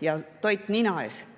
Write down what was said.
ja toit nina ees.